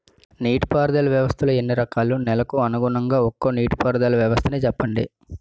నీటి పారుదల వ్యవస్థలు ఎన్ని రకాలు? నెలకు అనుగుణంగా ఒక్కో నీటిపారుదల వ్వస్థ నీ చెప్పండి?